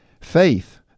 Faith